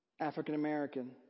African-American